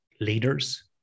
leaders